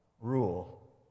rule